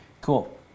Cool